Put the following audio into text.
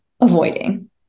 avoiding